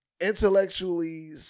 intellectually